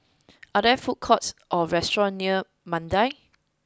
are there food courts or restaurants near Mandai